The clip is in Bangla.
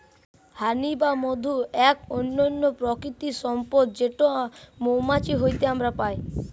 হানি বা মধু এক অনন্য প্রাকৃতিক সম্পদ যেটো মৌমাছি হইতে আমরা পাই